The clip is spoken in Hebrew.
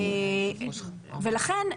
ולכן,